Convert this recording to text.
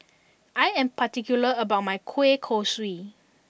I am particular about my Kueh Kosui